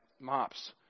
mops